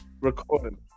recording